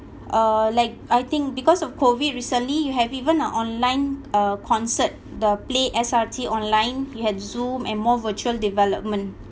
uh like I think because of COVID recently you have even an online uh concert the play S_R_T online we had zoom and more virtual development